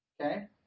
Okay